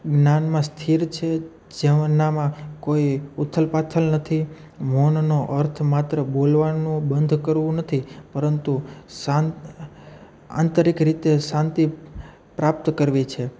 જ્ઞાનમાં સ્થિર છે જેમનામાં કોઈ ઉથલ પાથલ નથી મૌનનો અર્થ માત્ર બોલવાનું બંધ કરવું નથી પરંતુ શાંત આંતરિક રીતે સાંતિ પ્રાપ્ત કરવી છે